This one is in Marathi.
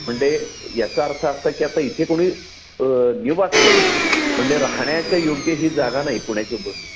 म्हणजे याचा अर्थ असा की आता इथे कोणी निवास करू नये म्हणजे राहण्याच्या योग्य ही जागा नाही पुण्याच्या